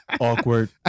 Awkward